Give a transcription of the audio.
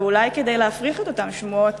ואולי כדי להפריך את אותן שמועות